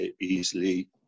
easily